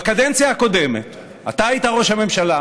בקדנציה הקודמת אתה היית ראש הממשלה.